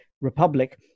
republic